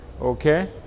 Okay